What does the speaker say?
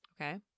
Okay